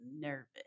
nervous